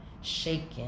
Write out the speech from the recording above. shaken